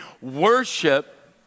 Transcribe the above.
Worship